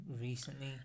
recently